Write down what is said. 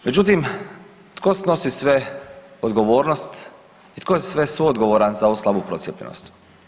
Međutim, tko snosi sve odgovornost i tko je sve suodgovoran za ovu slabu procijepljenost.